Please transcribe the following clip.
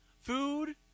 Food